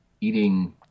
eating